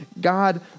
God